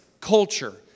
Culture